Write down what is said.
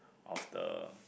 of the